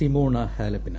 Simona ഹാലപ്പിന്